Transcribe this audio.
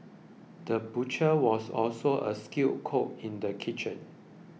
the butcher was also a skilled cook in the kitchen